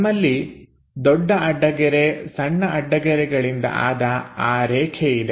ನಮ್ಮಲ್ಲಿ ದೊಡ್ಡ ಅಡ್ಡಗೆರೆ ಸಣ್ಣ ಅಡ್ಡಗೆರೆಗಳಿಂದ ಆದ ಆ ರೇಖೆ ಇದೆ